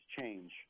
change